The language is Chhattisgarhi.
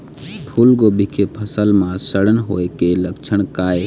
फूलगोभी के फसल म सड़न होय के लक्षण का ये?